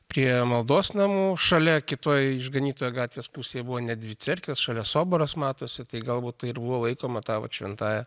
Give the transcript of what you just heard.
prie maldos namų šalia kitoj išganytojo gatvės pusėj buvo net dvi cerkvės šalia soboras matosi tai galbūt tai ir buvo laikoma ta vat šventąja